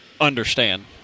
understand